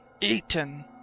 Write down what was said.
eaten